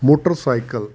motorcycle